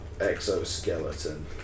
exoskeleton